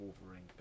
Wolverine